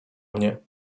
mnie